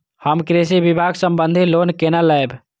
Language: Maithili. हम कृषि विभाग संबंधी लोन केना लैब?